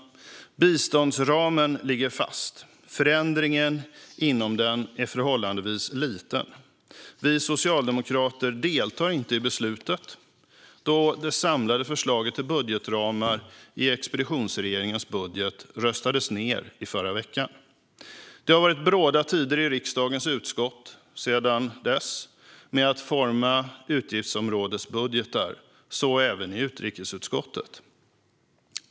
Biståndsramen ligger fast. Förändringen inom den är förhållandevis liten. Vi socialdemokrater deltar inte i beslutet, då det samlade förslaget till budgetramar i expeditionsregeringens budget röstades ned i förra veckan. Det har varit bråda tider i riksdagens utskott sedan dess med att forma utgiftsområdesbudgetar, så även i utrikesutskottet.